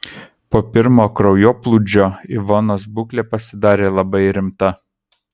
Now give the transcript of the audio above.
po pirmo kraujoplūdžio ivonos būklė pasidarė labai rimta